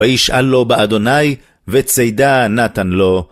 וישאל לו באדוני, וצידה נתן לו.